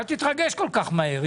אל תתרגש כל כך מהר.